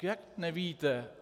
Jak nevíte?